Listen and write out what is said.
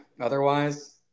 Otherwise